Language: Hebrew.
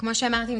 כמו שאמרתי,